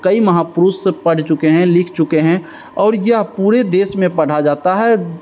कई महापुरुष पढ़ चुके हैं लिख चुके हैं और यह पूरे देश में पढ़ा जाता है